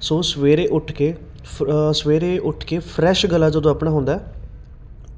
ਸੋ ਸਵੇਰੇ ਉੱਠ ਕੇ ਫ ਸਵੇਰੇ ਉੱਠ ਕੇ ਫਰੈਸ਼ ਗਲਾ ਜਦੋਂ ਆਪਣਾ ਹੁੰਦਾ